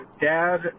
dad